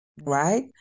right